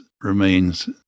remains